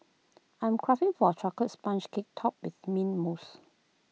I am craving for A Chocolate Sponge Cake Topped with Mint Mousse